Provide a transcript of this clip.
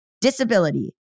Disability